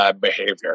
Behavior